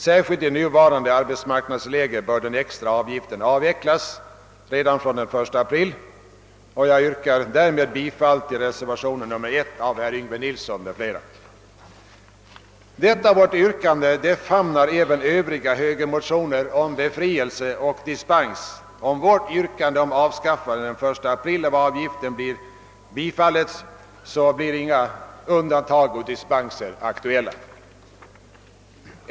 Med nuvarande arbetsmarknadsläge bör den extra avgiften avvecklas redan fr.o.m. den 1 april. Jag yrkar sålunda bifall till reservation 1 av herr Yngve Nilsson m.fl. Vårt reservationsyrkande famnar även Övriga högermotioner om befrielse och dispens. Om vårt yrkande om avgiftens avskaffande fr.o.m. den 1 april blir bifallet, blir inga undantag och dispenser aktuella.